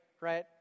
right